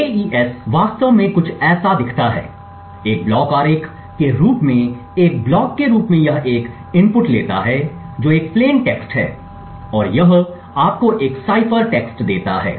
AES वास्तव में कुछ ऐसा दिखता है एक ब्लॉक आरेख के रूप में एक ब्लॉक के रूप में यह एक इनपुट लेता है जो एक प्लेन टेक्स्ट है और यह आपको एक साइफर टेक्स्ट देता है